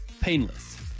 painless